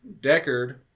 Deckard